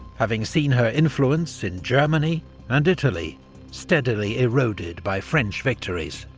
having seen her influence in germany and italy steadily eroded by french victories.